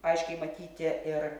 aiškiai matyti ir